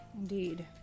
indeed